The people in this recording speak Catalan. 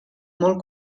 molt